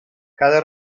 cada